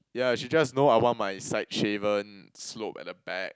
yeah she just know I want my side shaven slope at the back